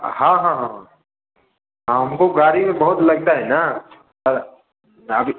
हाँ हाँ हाँ हाँ हम को गाड़ी में बहुत लगता है ना अभी